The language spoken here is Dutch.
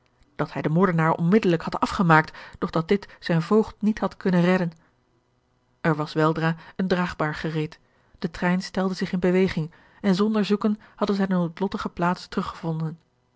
dat hij den moordenaar onmiddellijk had afgemaakt doch dat dit zijn voogd niet had kunnen redden er was weldra eene draagbaar gereed de trein stelde zich in beweging en zonder zoeken hadden zij de noodlottige plaats teruggevonden